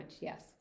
Yes